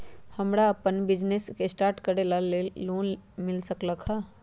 हमरा अपन business start करे के है ओकरा लेल लोन मिल सकलक ह?